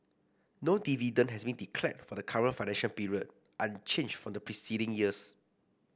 no dividend has been declared for the current financial period unchanged from the preceding years